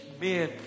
men